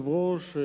אדוני היושב-ראש,